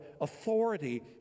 authority